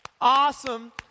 awesome